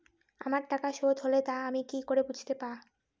আমার টাকা শোধ হলে তা আমি কি করে বুঝতে পা?